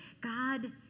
God